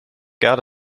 kaart